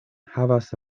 havas